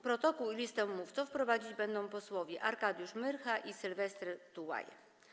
Protokół i listę mówców prowadzić będą posłowie Arkadiusz Myrcha i Sylwester Tułajew.